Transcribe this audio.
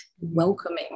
welcoming